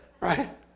right